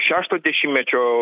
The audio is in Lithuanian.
šešto dešimtmečio